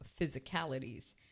physicalities